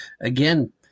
again